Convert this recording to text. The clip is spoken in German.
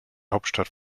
hauptstadt